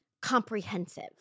comprehensive